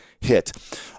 hit